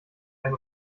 ein